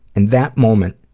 in that moment,